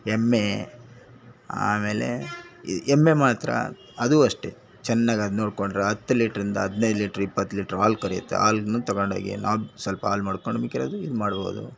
ಎಮ್ಮೆ ಆಮೇಲೆ ಎಮ್ಮೆ ಮಾತ್ರ ಅದು ಅಷ್ಟೆ ಚೆನ್ನಾಗ್ ಅದು ನೋಡಿಕೊಂಡ್ರೆ ಹತ್ತು ಲೀಟ್ರಿಂದ ಹದಿನೈದು ಲೀಟ್ರ್ ಇಪ್ಪತ್ತು ಲೀಟ್ರ್ ಹಾಲು ಕರಿಯುತ್ತೆ ಹಾಲನ್ನು ತಗೊಂಡು ಹೋಗಿ ನಾವು ಸ್ವಲ್ಪ ಹಾಲ್ ಮಡ್ಕೊಂಡು ಮಿಕ್ಕಿರೋದು ಇದು ಮಾಡ್ಬೋದು